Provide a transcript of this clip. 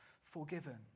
forgiven